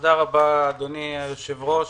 תודה רבה, אדוני היושב-ראש,